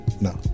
No